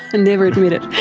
and never admit it!